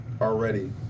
already